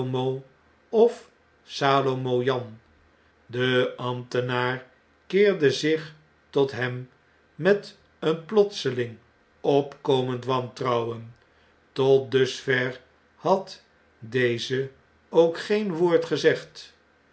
of salomo jan de ambtenaar keerde zich tot hem met een plotseling opkomend wantrouwen tot dusver had deze ook geen woord gezegd